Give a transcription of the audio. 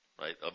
right